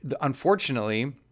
unfortunately